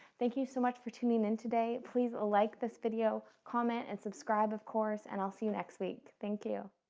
thank you so much for tuning in today, please like this video. comment and subscribe, of course, and i'll see you next week. thank you.